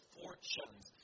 fortunes